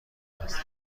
هستم